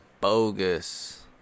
bogus